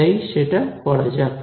তাই সেটা করা যাক